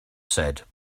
said